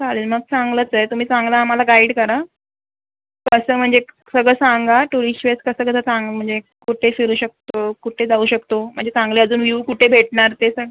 चालेल मग चांगलंच आहे तुम्ही चांगलं आम्हाला गाईड करा असं म्हणजे सगळं सांगा टुरिस्ट प्लेस कसं कसं सांग म्हणजे कुठे फिरू शकतो कुठे जाऊ शकतो म्हणजे चांगले अजून व्ह्यू कुठे भेटणार ते सांग